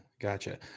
Gotcha